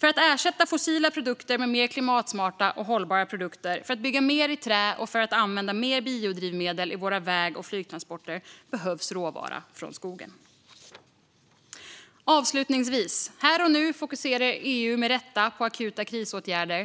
För att ersätta fossila produkter med mer klimatsmarta och hållbara produkter, för att bygga mer i trä och för att använda mer biodrivmedel i våra väg och flygtransporter behövs råvara från skogen. Avslutningsvis vill jag säga att EU här och nu med rätta fokuserar på akuta krisåtgärder.